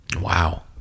wow